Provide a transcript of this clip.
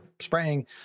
spraying